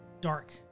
Dark